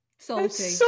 salty